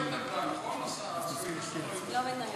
סגנית השר לא התנגדה, נכון?